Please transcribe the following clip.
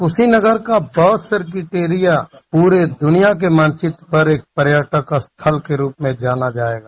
कुशीनगर का बौद्धसर्किट एरिया पूरे दुनिया के मानचित्र पर एक पर्यटक स्थल के रूप में माना जायेगा